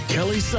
Kelly